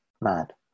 mad